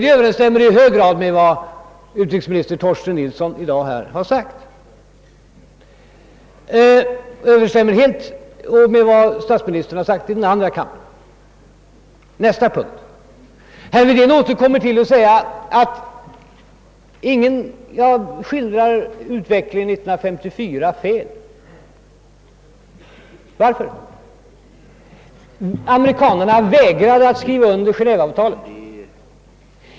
Det överensstämmer också i hög grad med vad utrikesminister Torsten Nilsson har sagt i dag, och det överensstämmer med vad statsministern har sagt i första kammaren. Nästa punkt: Herr Bohman återkommer till att säga att jag skildrar utvecklingen år 1954 felaktigt. Varför? Amerikanerna vägrade att skriva under Genéveavtalet.